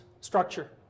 structure